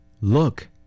Look